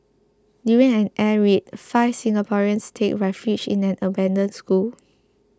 during an air raid five Singaporeans take refuge in an abandoned school